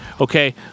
okay